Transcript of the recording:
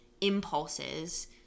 impulses